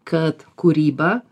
kad kūryba